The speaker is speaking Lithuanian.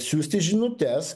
siųsti žinutes